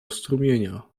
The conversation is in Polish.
strumienia